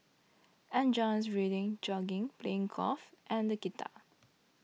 enjoys reading jogging playing golf and the guitar